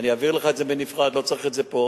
אני אעביר לך את זה בנפרד, לא צריך את זה פה.